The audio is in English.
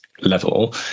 level